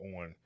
on